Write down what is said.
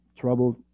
troubled